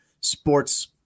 Sports